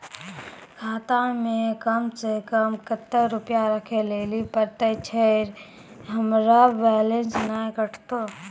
खाता मे कम सें कम कत्ते रुपैया राखै लेली परतै, छै सें हमरो बैलेंस नैन कतो?